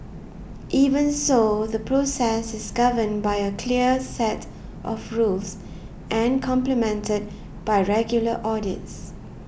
even so the process is governed by a clear set of rules and complemented by regular audits